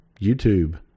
YouTube